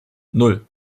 nan